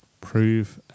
prove